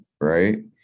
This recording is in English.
Right